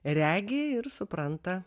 regi ir supranta